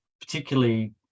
particularly